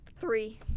Three